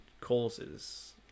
causes